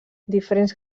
diferents